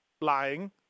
lying